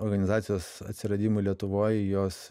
organizacijos atsiradimui lietuvoj jos